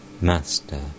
Master